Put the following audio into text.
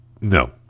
no